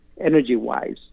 energy-wise